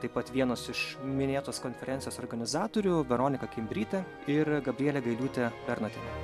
taip pat vienos iš minėtos konferencijos organizatorių veronika kimbrytė ir gabrielė gailiūtė bernotienė